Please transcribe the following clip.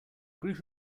group